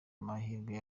mahirwe